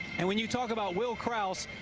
and when you talk about will krause,